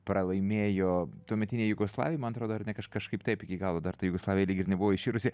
pralaimėjo tuometinei jugoslavijai man atrodo ar ne kaž kažkaip taip iki galo dar ta jugoslavija lyg ir nebuvo iširusi